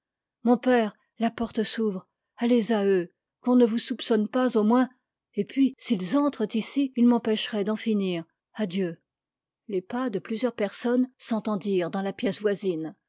mon père la porte s'ouvre allez à eux qu'on ne vous soupçonne pas au moins et puis s'ils entrent ici ils m'empêcheraient d'en finir adieu les pas de plusieurs personnes s'entendirent dans la pièce voisine